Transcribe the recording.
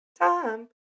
time